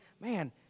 man